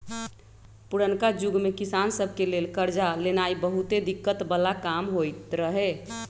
पुरनका जुग में किसान सभ के लेल करजा लेनाइ बहुते दिक्कत् बला काम होइत रहै